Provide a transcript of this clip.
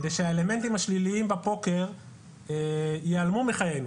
כדי שהאלמנטים השליליים בפוקר ייעלמו מחיינו.